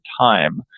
time